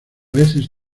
veces